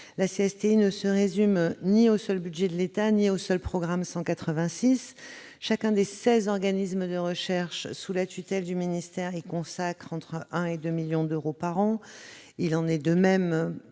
la CSTI ne se résume ni au seul budget de l'État ni au seul programme 186. Chacun des 16 organismes de recherche, sous la tutelle du ministère, y consacre 1 à 2 millions d'euros par an. Il en est de même